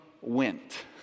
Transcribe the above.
went